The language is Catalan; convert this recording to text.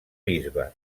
bisbe